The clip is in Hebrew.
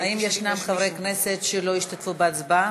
האם יש חברי כנסת שלא השתתפו בהצבעה?